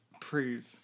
prove